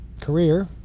career